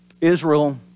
Israel